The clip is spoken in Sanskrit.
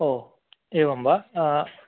ओ एवं वा